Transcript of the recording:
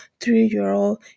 three-year-old